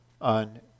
on